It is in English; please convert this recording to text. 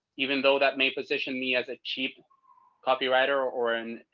even though that may position me as a cheap copywriter or an,